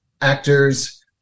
actors